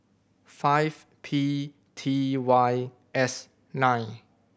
five P T Y S nine